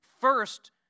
first